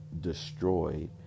destroyed